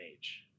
age